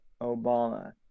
Obama